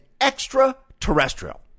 extraterrestrial